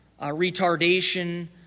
retardation